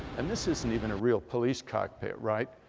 and this isn't even a real police cockpit, right,